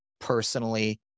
personally